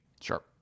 sure